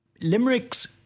Limerick's